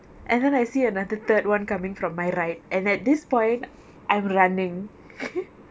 and then I see another third one coming from my right and at this point I'm running